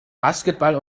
basketball